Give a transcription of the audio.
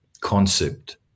concept